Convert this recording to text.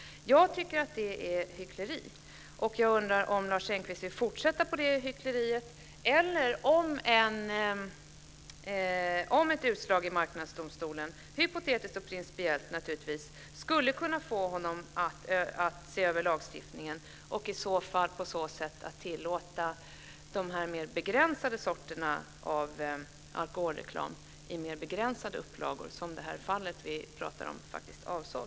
Jag tycker att det är hyckleri, och jag undrar om Lars Engqvist vill fortsätta med det hyckleriet eller om ett utslag i Marknadsdomstolen - naturligtvis hypotetiskt och principiellt - skulle kunna få honom att se över lagstiftningen om den alkoholreklam i mera begränsade upplagor som det fall vi pratar om faktiskt avser.